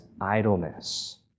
idleness